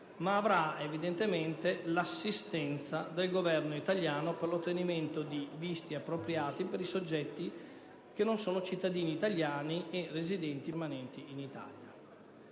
ma avrà l'assistenza del Governo italiano per l'ottenimento dei visti appropriati per i soggetti che non sono cittadini italiani e residenti permanenti in Italia.